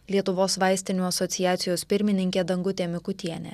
lietuvos vaistinių asociacijos pirmininkė dangutė mikutienė